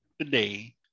today